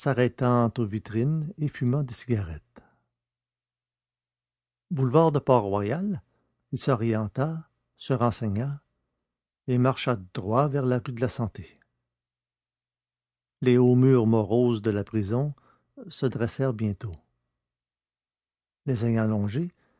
aux vitrines et fumant des cigarettes boulevard de port-royal il s'orienta se renseigna et marcha droit vers la rue de la santé les hauts murs moroses de la prison se dressèrent bientôt les ayant longés